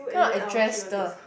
kind of address the